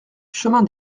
chemin